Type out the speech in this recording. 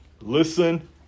Listen